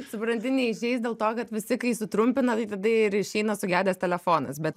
supranti neišeis dėl to kad visi kai sutrumpina tai tada ir išeina sugedęs telefonas bet